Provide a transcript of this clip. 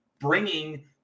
bringing